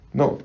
no